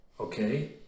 Okay